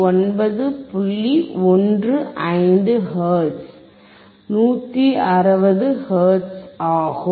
15 hertz 160 hertz ஆகும்